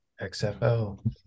XFL